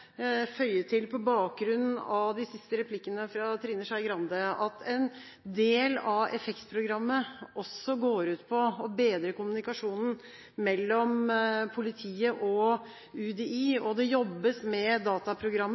føye til at en del av EFFEKT-programmet også går ut på å bedre kommunikasjonen mellom politiet og UDI. Det jobbes med